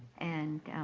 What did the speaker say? and,